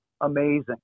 amazing